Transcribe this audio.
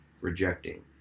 rejecting